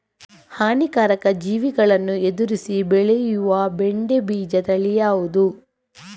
ಹಾನಿಕಾರಕ ಜೀವಿಗಳನ್ನು ಎದುರಿಸಿ ಬೆಳೆಯುವ ಬೆಂಡೆ ಬೀಜ ತಳಿ ಯಾವ್ದು?